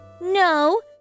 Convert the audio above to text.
No